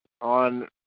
on